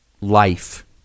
life